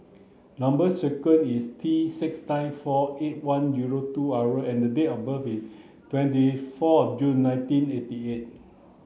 number sequence is T six nine four eight one zero two R and date of birth is twenty four June nineteen eighty eight